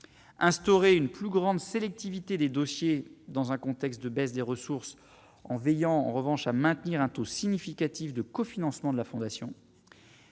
instaurer une plus grande sélectivité des dossiers dans un contexte de baisse des ressources en veillant en revanche à maintenir un taux significatif de cofinancement de la fondation,